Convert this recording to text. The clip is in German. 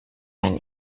ein